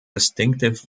distinctive